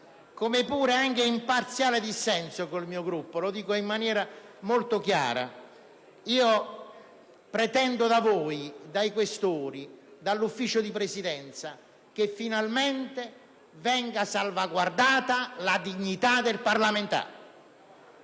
Come pure, in parziale dissenso con il mio Gruppo, vorrei dire in maniera molto chiara che pretendo da voi, dai Questori e dal Consiglio di Presidenza che finalmente venga salvaguardata la dignità del parlamentare.